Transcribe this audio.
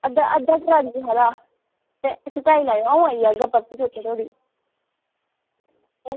अद्धा अद्धा ट्राली हारा ते सटाई लैएओ अ'ऊं आई जाह्गा परसों चौथे धोड़ी